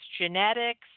genetics